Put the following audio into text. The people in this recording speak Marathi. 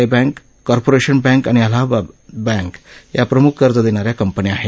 आय बँक कॉर्पोरेशन बँक आणि अलाहाबाद बँक या प्रमुख कर्ज देणा या कंपन्या आहेत